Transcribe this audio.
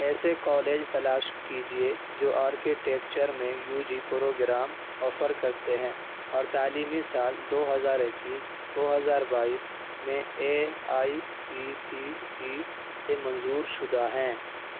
ایسے کالج تلاش کیجیے جو آرکیٹیکچر میں یو جی پروگرام آفر کرتے ہیں اور تعلیمی سال دو ہزار اکیس دو ہزار بائیس میں A I C T E سے منظور شدہ ہیں